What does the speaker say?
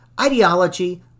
ideology